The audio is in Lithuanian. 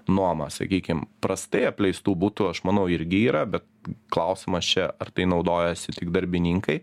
nuomą sakykim prastai apleistų butų aš manau irgi yra bet klausimas čia ar tai naudojasi tik darbininkai